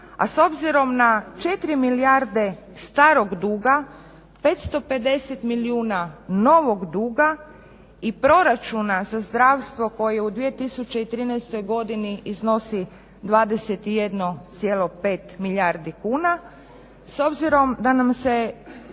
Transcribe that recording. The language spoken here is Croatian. a s obzirom na 4 milijarde starog duga, 550 milijuna novog duga i proračuna za zdravstvo koje u 2013.godini iznosi 21,5 milijardi kuna. S obzirom da nam se